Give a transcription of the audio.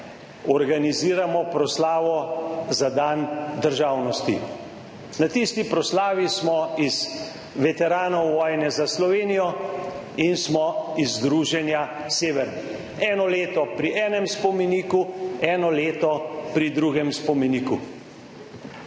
organiziramo proslavo za dan državnosti. Na tisti proslavi smo iz Veteranov vojne za Slovenijo in smo iz združenja Sever, eno leto pri enem spomeniku, eno leto pri drugem spomeniku.